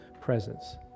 presence